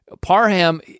Parham